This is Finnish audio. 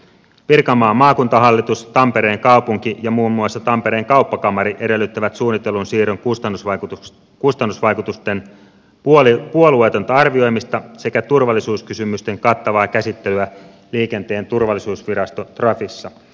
pirkanmaan maakuntahallitus tampereen kaupunki ja muun muassa tampereen kauppakamari edellyttävät suunnitellun siirron kustannusvaikutusten puolueetonta arvioimista sekä turvallisuuskysymysten kattavaa käsittelyä liikenteen turvallisuusvirasto trafissa